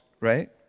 right